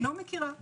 לא מכירה.